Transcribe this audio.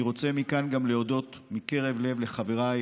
אני רוצה מכאן להודות מקרב לב גם לחבריי